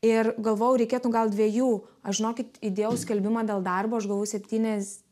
ir galvoju reikėtų gal dviejų aš žinokit įdėjau skelbimą dėl darbo aš gavau septynias